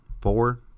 four